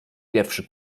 pierwszy